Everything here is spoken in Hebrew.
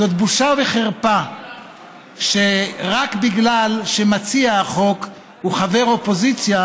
זאת בושה וחרפה שרק בגלל שמציע החוק הוא חבר אופוזיציה